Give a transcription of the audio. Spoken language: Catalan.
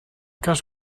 cas